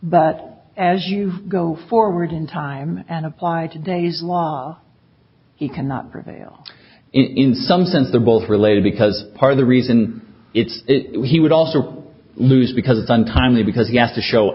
but as you go forward in time and applied today's law he cannot prevail in some sense they're both related because part of the reason it's he would also lose because it's done timely because he has to show